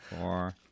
Four